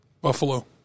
Buffalo